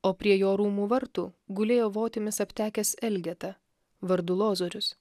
o prie jo rūmų vartų gulėjo votimis aptekęs elgeta vardu lozorius